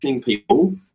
people